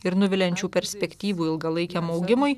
ir nuviliančių perspektyvų ilgalaikiam augimui